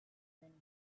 many